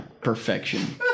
Perfection